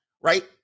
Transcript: Right